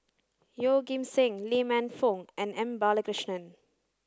Yeoh Ghim Seng Lee Man Fong and M Balakrishnan